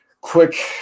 Quick